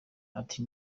ati